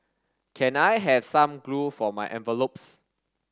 can I have some glue for my envelopes